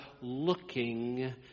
looking